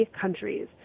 countries